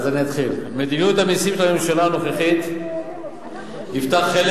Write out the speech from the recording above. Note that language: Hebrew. אז אני אתחיל: מדיניות המסים של הממשלה הנוכחית היתה חלק